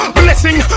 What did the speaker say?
blessing